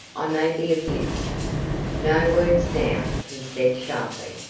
i may be of use. no words now, he said, sharply.